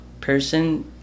person